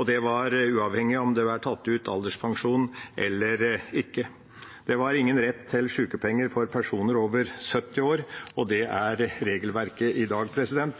uavhengig av om det var tatt ut alderspensjon eller ikke. Det var ingen rett til sykepenger for personer over 70 år, og slik er regelverket i dag.